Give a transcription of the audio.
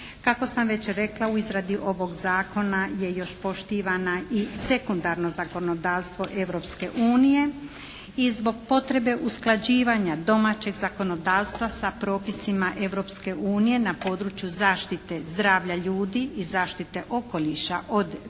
Kako sam već rekla u izradi ovog Zakona je još poštivana i sekundarno zakonodavstvo Europske unije i zbog potrebe usklađivanja domaćeg zakonodavstva sa propisima Europske unije na području zaštite zdravlja ljudi i zaštite okoliša od biocidnih